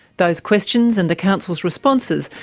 those questions, and the council's responses,